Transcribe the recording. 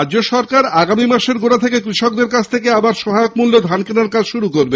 রাজ্য সরকার আগামী মাসের গোড়া থেকে কৃষকদের কাছ থেকে আবার সহায়ক মূল্যে ধান কেনার কাজ শুরু করবে